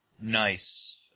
nice